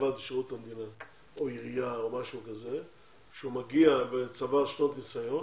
או בעירייה, כשהוא צבר שנות ניסיון,